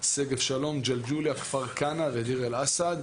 שגב שלום, ג'לג'וליה, כפר כנא ודיר אל אסד.